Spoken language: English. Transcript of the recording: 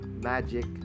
magic